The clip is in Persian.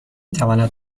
تواند